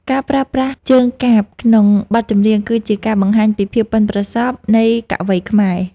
ការប្រើប្រាស់ជើងកាព្យក្នុងបទចម្រៀង គឺជាការបង្ហាញពីភាពប៉ិនប្រសប់នៃកវីខ្មែរ។